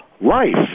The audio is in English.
life